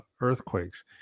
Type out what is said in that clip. earthquakes